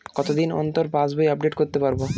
কতদিন অন্তর পাশবই আপডেট করতে পারব?